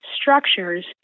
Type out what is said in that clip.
structures